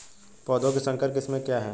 पौधों की संकर किस्में क्या हैं?